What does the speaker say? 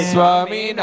Swami